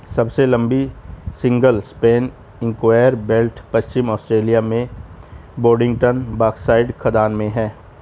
सबसे लंबी single span conveyor belt पश्चिमी ऑस्ट्रेलिया में बोडिंगटन बॉक्साइट खदान में है